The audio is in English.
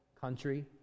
country